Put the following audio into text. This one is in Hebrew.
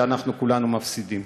ואנחנו כולנו מפסידים.